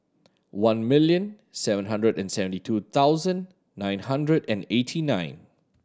one million seven hundred and seventy two thousand nine hundred and eighty nine